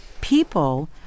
people